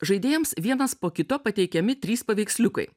žaidėjams vienas po kito pateikiami trys paveiksliukai